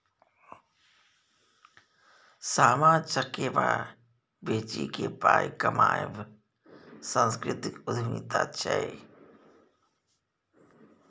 सामा चकेबा बेचिकेँ पाय कमायब सांस्कृतिक उद्यमिता छै